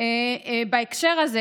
בהקשר הזה.